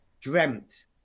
dreamt